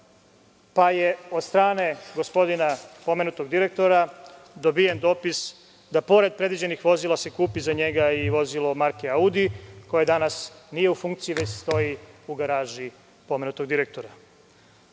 pa je od strane gospodina, pomenutog direktora, dobijen dopis da se pored predviđenih vozila za njega kupi i vozilo marke „Audi“, koje nije u funkciji, već stoji u garaži pomenutog